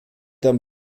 haben